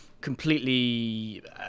completely